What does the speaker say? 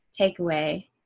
takeaway